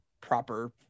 proper